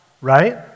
right